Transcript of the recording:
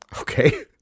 Okay